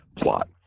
plot